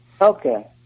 Okay